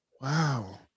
wow